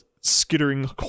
skittering